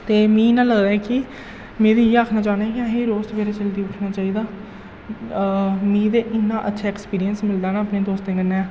ते मी इ'न्ना लगदा ऐ कि में ते इ'यै आखना चाह्न्ना ऐ कि असें गी रोज सवेरै जल्दी उट्ठना चाहिदा मी ते इन्ना अच्छा ऐक्सपीरियंस मिलदा ना अपने दोस्तें कन्नै